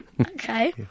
Okay